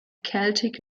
celtic